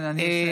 כן, אני מסיים.